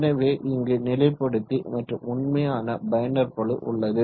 எனவே இங்கு நிலைப்படுத்தி மற்றும் உண்மையான பயனர் பளு உள்ளது